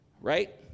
right